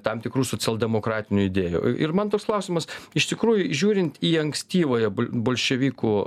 tam tikrų socialdemokratinių idėjų i ir man toks klausimas iš tikrųjų žiūrint į ankstyvąją bolševikų